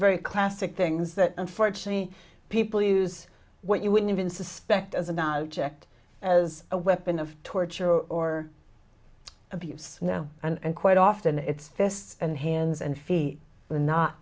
very classic things that unfortunately people use what you wouldn't even suspect as an object as a weapon of torture or abuse and quite often it's fists and hands and feet